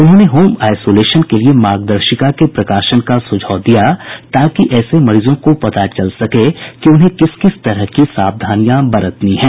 उन्होंने home isolation के लिए मार्गदर्शिका के प्रकाशन का सुझाव दिया ताकि ऐसे मरीजों को पता चल सके कि उन्हें किस किस तरह की सावधानियां बरतनी हैं